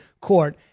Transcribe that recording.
Court